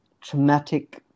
traumatic